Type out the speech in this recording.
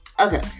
okay